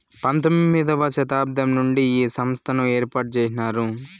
పంతొమ్మిది వ శతాబ్దం నుండే ఈ సంస్థను ఏర్పాటు చేసినారు